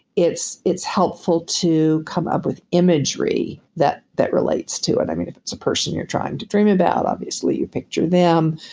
it's it's helpful to come up with imagery that that relates to it. i mean, it's a person you're trying to dream about, obviously, you picked through them.